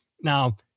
Now